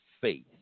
faith